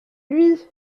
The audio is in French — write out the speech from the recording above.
lui